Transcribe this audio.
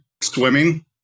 swimming